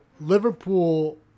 Liverpool